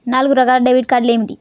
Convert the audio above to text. నాలుగు రకాల డెబిట్ కార్డులు ఏమిటి?